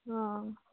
অঁ